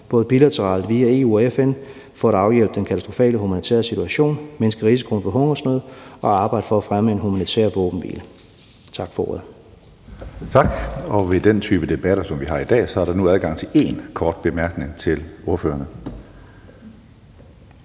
både bilateralt og via EU og FN, for at afhjælpe den katastrofale humanitære situation, mindske risikoen for hungersnød og arbejde for at fremme en humanitær våbenhvile. Tak for ordet. Kl. 09:16 Tredje næstformand (Karsten Hønge): Tak. Ved den type debatter, som vi har i dag, er der nu adgang til én kort bemærkning til ordførerne.